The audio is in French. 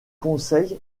conseil